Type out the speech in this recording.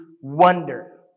wonder